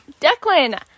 Declan